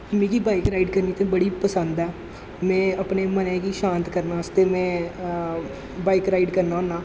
मिगी bike ride करनी ते बड़ी पसंद ऐ में अपने मनै गी शांत करने बास्तै में बाइक राइड करना होन्नां